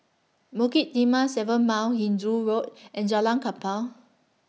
Bukit Timah seven Mile Hindoo Road and Jalan Kapal